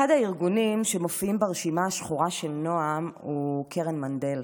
אחד הארגונים שמופיעים ברשימה השחורה של נעם הוא קרן מנדל,